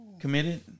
committed